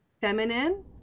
feminine